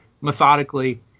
methodically